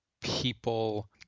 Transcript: people